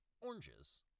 oranges